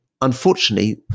unfortunately